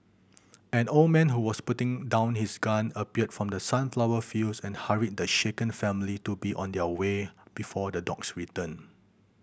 an old man who was putting down his gun appeared from the sunflower fields and hurried the shaken family to be on their way before the dogs return